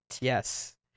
Yes